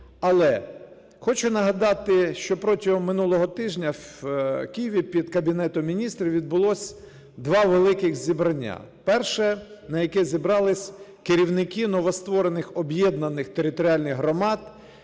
Але хочу нагадати, що протягом минулого тижня в Києві під Кабінетом Міністрів відбулося два великих зібрання. Перше, на яке зібралися керівники новостворених об'єднаних територіальних громад,